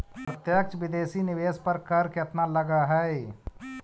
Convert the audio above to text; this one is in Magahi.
प्रत्यक्ष विदेशी निवेश पर कर केतना लगऽ हइ?